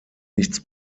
nichts